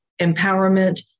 Empowerment